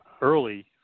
early